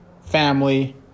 family